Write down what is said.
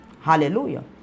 Hallelujah